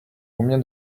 combien